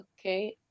okay